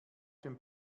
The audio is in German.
dem